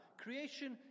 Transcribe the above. creation